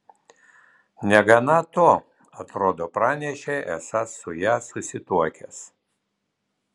negana to atrodo pranešei esąs su ja susituokęs